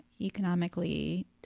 economically